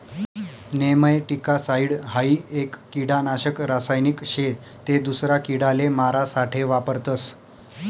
nematicide हाई एक किडानाशक रासायनिक शे ते दूसरा किडाले मारा साठे वापरतस